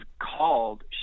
called